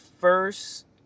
first